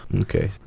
okay